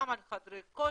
גם על חדרי כושר,